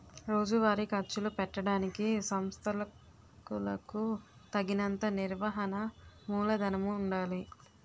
రోజువారీ ఖర్చులు పెట్టడానికి సంస్థలకులకు తగినంత నిర్వహణ మూలధనము ఉండాలి